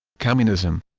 communism